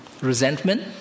resentment